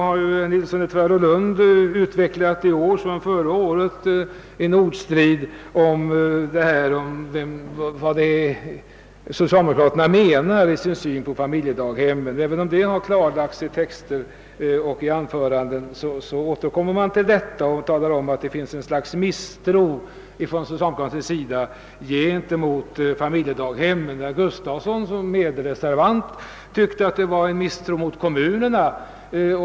Herr Nilsson i Tvärålund har i år liksom förra året gett sig in i en ordstrid om vad det är socialdemokraterna menar och om vilken syn de har på familjedaghemmen. Detta har klarlagts i skrivningar och anföranden, men han återkommer likväl och säger, att det hos socialdemokraterna finns ett slags misstro mot familjedaghemmen. Herr Gustafsson i Skellefteå, som är herr Nilssons medreservant, ansåg att det förelåg en misstro mot kommunerna.